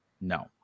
No